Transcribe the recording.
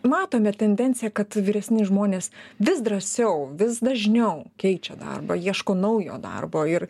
matome tendenciją kad vyresni žmonės vis drąsiau vis dažniau keičia darbą ieško naujo darbo ir